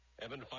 Evan